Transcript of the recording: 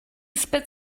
spit